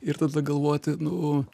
ir tada galvoti nu